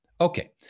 Okay